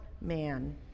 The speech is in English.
man